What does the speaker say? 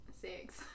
six